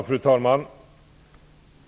Fru talman!